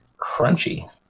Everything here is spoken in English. Crunchy